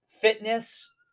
fitness